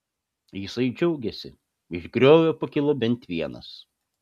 jisai džiaugėsi iš griovio pakilo bent vienas